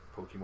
Pokemon